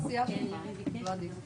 (הישיבה נפסקה בשעה 20:00 ונתחדשה בשעה 20:55.)